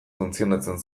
funtzionatzen